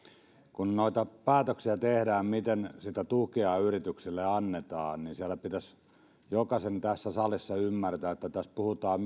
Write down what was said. kun noita päätöksiä tehdään siitä miten sitä tukea yrityksille annetaan niin pitäisi jokaisen tässä salissa ymmärtää että tässä puhutaan